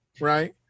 right